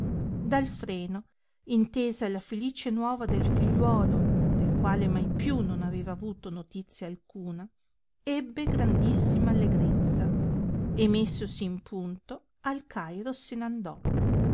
dalfreno intesa la felice nuova del figliuolo del quale mai più non aveva avuta notizia alcuna ebbe grandissima allegrezza e messosi in punto al cairo se